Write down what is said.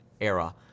era